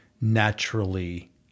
naturally